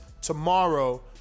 tomorrow